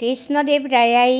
Krishnadev ৰায়াই